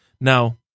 Now